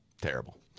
Terrible